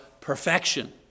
perfection